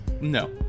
No